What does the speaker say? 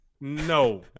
No